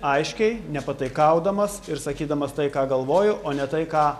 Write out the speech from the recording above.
aiškiai nepataikaudamas ir sakydamas tai ką galvoju o ne tai ką